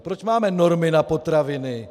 Proč máme normy na potraviny?